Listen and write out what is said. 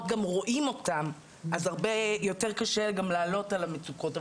גם רואים אותם אז הרבה יותר קשה גם לעלות על המצוקות.